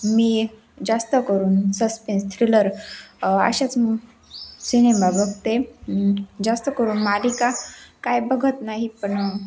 मी जास्त करून suspense thriller अशाच सिनेमा बघते जास्त करून मालिका काय बघत नाही पण